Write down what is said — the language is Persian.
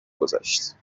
گذشت